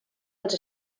als